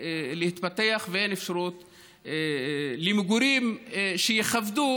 להתפתח ואין אפשרות למגורים שיכבדו